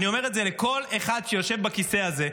אני אומר את זה לכל אחד שיושב בכיסא הזה,